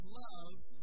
loves